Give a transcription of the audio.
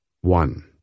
One